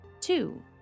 Two